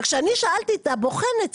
וכשאני שאלתי את הבוחנת,